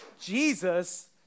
Jesus